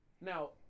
now